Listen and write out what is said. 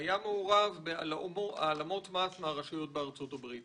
היה מעורב בהעלמות מס מהרשויות בארצות הברית.